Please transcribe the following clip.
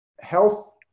health